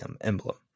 emblem